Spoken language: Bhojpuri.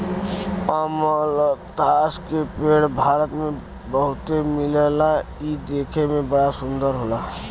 अमलतास के पेड़ भारत में बहुते मिलला इ देखे में बड़ा सुंदर होला